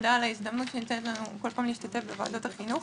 תודה על ההזדמנות שניתנת לנו בכל פעם להשתתף בוועדת החינוך.